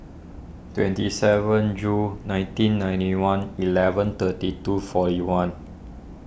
twenty seven Jul nineteen ninety one eleven thirty two forty one